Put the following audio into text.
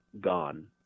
gone